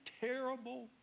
terrible